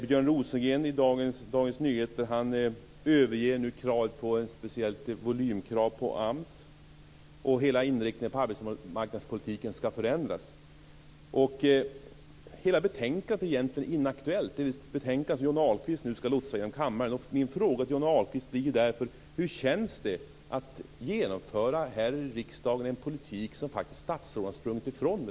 Björn Rosengren säger i dagens Dagens Nyheter att han överger tanken på ett speciellt volymkrav på AMS. Arbetsmarknadspolitikens hela inriktning skall förändras. Det betänkande som Johnny Ahlqvist nu skall lotsa genom kammaren är egentligen inaktuellt. Min fråga till Johnny Ahlqvist blir därför: Hur känns det att här i riksdagen genomföra en politik som statsråden faktiskt redan har sprungit ifrån?